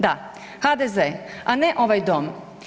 Da, HDZ, a ne ovaj dom.